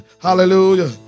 Hallelujah